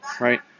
right